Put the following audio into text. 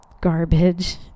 garbage